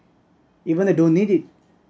even they don't need it